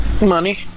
money